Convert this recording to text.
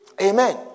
Amen